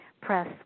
press